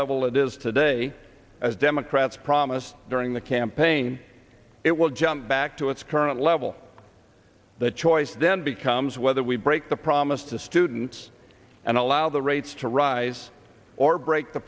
level it is today as democrats promised during the campaign it will jump back to its current level the choice then becomes whether we break the promise to students and allow the rates to rise or break the